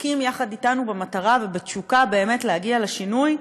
שדבקים יחד אתנו במטרה ובתשוקה באמת להגיע לשינוי,